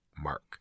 Mark